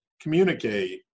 communicate